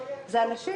זה הנשים